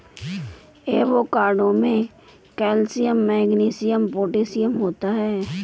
avocado में calcium magnesium potassium होता है